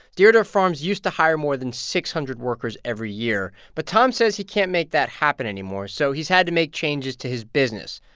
deardorff farms used to hire more than six hundred workers every year, but tom says he can't make that happen anymore, so he's had to make changes to his business.